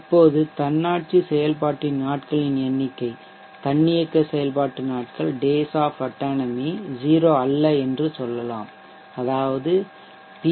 இப்போது தன்னாட்சி செயல்பாட்டின் நாட்களின் எண்ணிக்கை தன்னியக்க செயல்பாட்டு நாட்கள் 0 அல்ல என்று சொல்லலாம் அதாவது பி